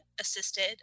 assisted